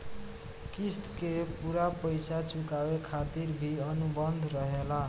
क़िस्त के पूरा पइसा चुकावे खातिर भी अनुबंध रहेला